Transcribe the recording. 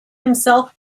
himself